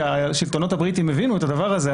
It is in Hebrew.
כשהשלטונות הבריטיים הבינו את הדבר הזה,